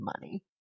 money